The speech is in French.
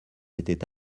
était